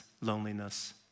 loneliness